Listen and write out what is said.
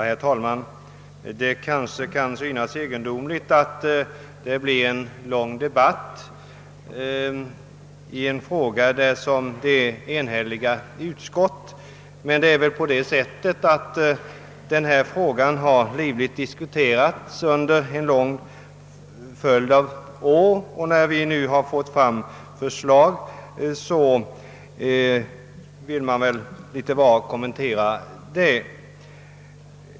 Herr talman! Det kanske kan synas egendomligt att det uppstår en lång debatt i en fråga där de båda utskott som behandlat propositionen är eniga. Denna fråga har emellertid diskuterats livligt under en lång följd av år och när vi nu fått fram förslag vill väl många av oss kommentera det.